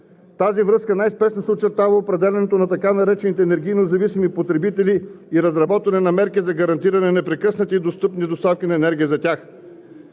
тази връзка най-спешно се очертава определянето на така наречените енергийно зависими потребители и разработване на мерки за гарантиране на непрекъснати и достъпни доставки на енергия за тях.